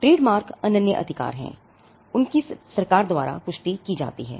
trademark अनन्य अधिकार हैं उनकी सरकार द्वारा पुष्टि की जाती है